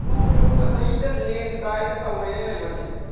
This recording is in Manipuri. ꯂꯨ ꯀꯣꯛꯄ ꯆꯍꯤꯗ ꯂꯦꯟ ꯇꯥꯏ ꯑꯗꯨ ꯇꯧꯔꯦ ꯑꯩ ꯂꯥꯏꯕꯛꯁꯦ